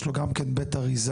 יש לו גם כן בית אריזה,